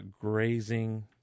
grazing